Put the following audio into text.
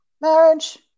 marriage